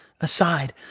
aside